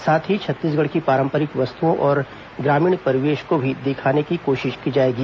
साथ ही छत्तीसगढ़ की पारम्परिक वस्तुओं और ग्रामीण परिवेश को भी दिखाने की कोशिश की जाएगी